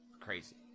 crazy